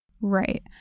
Right